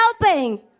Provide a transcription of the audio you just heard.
helping